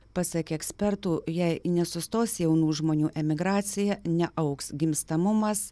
pasak ekspertų jei nesustos jaunų žmonių emigracija neaugs gimstamumas